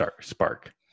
spark